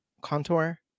contour